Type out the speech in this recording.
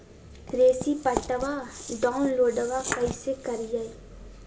रेसिप्टबा डाउनलोडबा कैसे करिए?